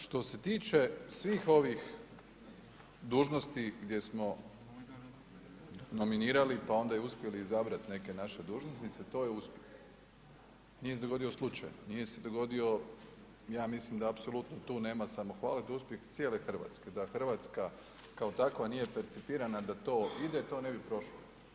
Što se tiče svih ovih dužnosti gdje smo nominirali pa onda uspjeli i izabrati neke naše dužnosnice to je uspjeh, nije se dogodio slučajno, nije se dogodio ja mislim da apsolutno tu nema samohvale to je uspjeh cijele Hrvatske, da Hrvatska kao takva nije percipirana da to ide to ne bi prošlo.